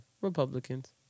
Republicans